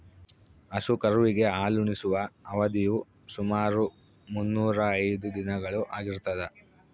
ಹಸು ಕರುವಿಗೆ ಹಾಲುಣಿಸುವ ಅವಧಿಯು ಸುಮಾರು ಮುನ್ನೂರಾ ಐದು ದಿನಗಳು ಆಗಿರ್ತದ